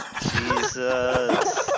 Jesus